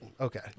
Okay